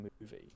movie